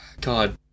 God